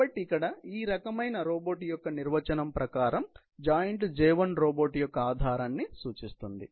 కాబట్టి ఇక్కడ ఈ రకమైన రోబోట్ యొక్క నిర్వచనం ప్రకారం జాయింట్ J1 రోబోట్ యొక్క ఆధారాన్ని సూచిస్తుంది